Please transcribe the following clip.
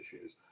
issues